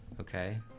Okay